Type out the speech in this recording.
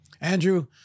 Andrew